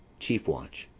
chief watch.